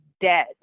dead